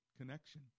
connection